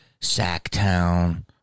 Sacktown